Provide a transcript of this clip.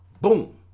Boom